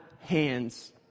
hands